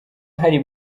hari